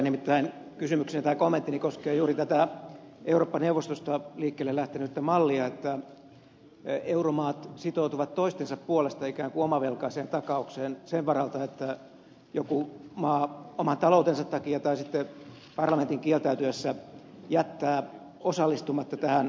nimittäin kysymykseni tai kommenttini koskee juuri tätä eurooppa neuvostosta liikkeelle lähtenyttä mallia että euromaat sitoutuvat toistensa puolesta ikään kuin omavelkaiseen takaukseen sen varalta että joku maa oman taloutensa takia tai sitten parlamentin kieltäytyessä jättää osallistumatta tähän tukipakettiin